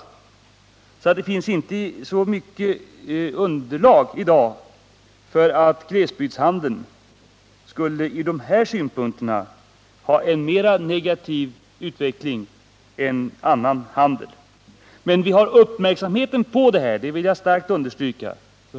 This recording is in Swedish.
Man har alltså i dag inte något egentligt underlag för påståendet att glesbygdshandeln från dessa synpunkter skulle ha en mera negativ utveckling än annan handel. Men vi har uppmärksamheten riktad på de här frågorna, Hans Alsén, det vill jag starkt understryka.